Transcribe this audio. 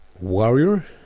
warrior